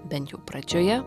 bent jau pradžioje